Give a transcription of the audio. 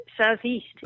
southeast